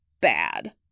bad